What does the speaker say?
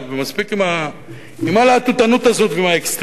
ומספיק עם הלהטוטנות הזאת ועם האקסטרים הזה,